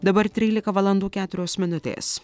dabar trylika valandų keturios minutės